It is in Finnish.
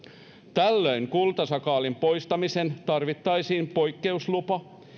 tällöin kultasakaalin poistamiseen tarvittaisiin poikkeuslupa